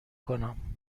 کنم